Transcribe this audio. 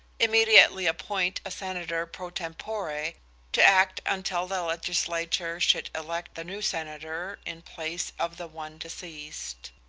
immediately appoint a senator pro tempore to act until the legislature should elect the new senator in place of the one deceased.